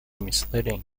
misleading